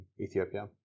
Ethiopia